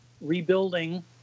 rebuilding